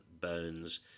bones